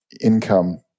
income